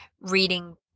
reading